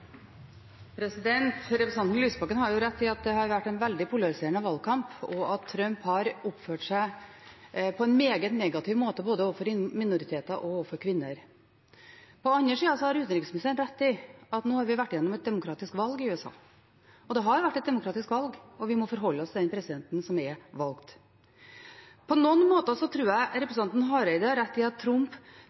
Representanten Lysbakken har rett i at dette har vært en veldig polariserende valgkamp, og at Trump har oppført seg på en meget negativ måte både overfor minoriteter og overfor kvinner. På den annen side har utenriksministeren rett i at nå har vi vært gjennom et demokratisk valg i USA. Det har vært et demokratisk valg, og vi må forholde oss til den presidenten som er valgt. På mange måter tror jeg representanten Hareide har rett i at Trump